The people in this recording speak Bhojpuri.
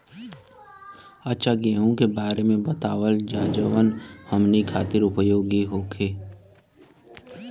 अच्छा गेहूँ के बारे में बतावल जाजवन हमनी ख़ातिर उपयोगी होखे?